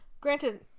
Granted